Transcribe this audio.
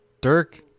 Dirk